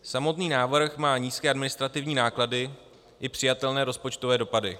Samotný návrh má nízké administrativní náklady i přijatelné rozpočtové dopady.